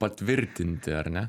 patvirtinti ar ne